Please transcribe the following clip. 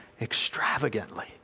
extravagantly